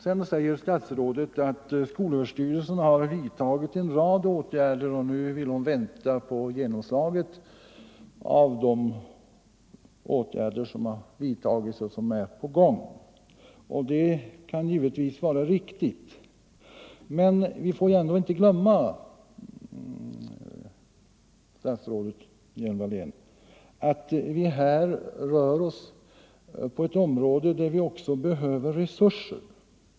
Sedan sade statsrådet att skolöverstyrelsen har vidtagit en rad åtgärder och att hon vill vänta på genomslaget av redan vidtagna eller på gång varande åtgärder. Det kan givetvis vara riktigt. Men vi får inte glömma, fru statsrådet Hjelm-Wallén, att vi här rör oss på ett område där vi också behöver resurser.